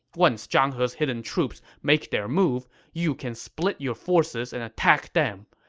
once zhang he's hidden troops make their move, you can split your forces and attack them.